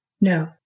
No